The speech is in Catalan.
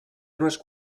unes